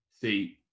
See